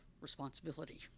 responsibility